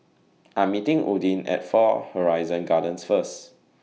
I'm meeting Odin At Far Horizon Gardens First